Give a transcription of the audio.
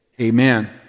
Amen